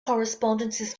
correspondences